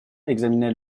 examinait